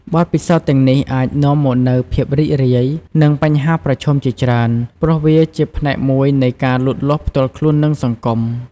បទពិសោធន៍ទាំងនេះអាចនាំមកនូវទាំងភាពរីករាយ និងបញ្ហាប្រឈមជាច្រើន ព្រោះវាជាផ្នែកមួយនៃការលូតលាស់ផ្ទាល់ខ្លួន និងសង្គម។